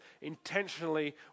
intentionally